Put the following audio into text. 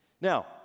Now